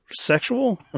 sexual